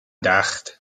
dallt